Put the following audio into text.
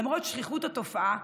למרות שכיחות התופעה,